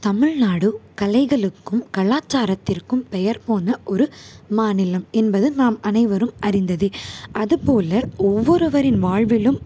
தமிழ்நாடு கலைகளுக்கும் கலாச்சாரத்திற்கும் பெயர் போன ஒரு மாநிலம் என்பது நாம் அனைவரும் அறிந்தது அதுப்போல் ஒவ்வொருவரின் வாழ்விலும்